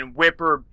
Whipper